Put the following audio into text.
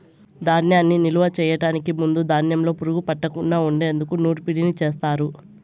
ధాన్యాన్ని నిలువ చేయటానికి ముందు ధాన్యంలో పురుగు పట్టకుండా ఉండేందుకు నూర్పిడిని చేస్తారు